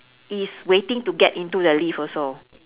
is waiting to get into the lift also